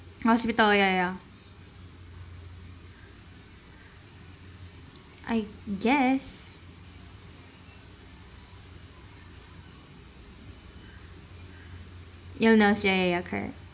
hospital ya ya I guess illness ya ya ya correct